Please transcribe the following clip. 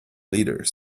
leaders